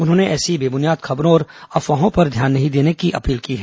उन्होंने ऐसी बेबुनियाद खबरों और अफवाहों पर ध्यान नहीं देने की अपील की है